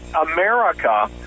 America